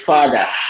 Father